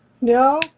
No